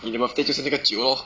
你的 birthday 就是那个酒 lor